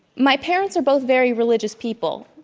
my parents are both very religious people,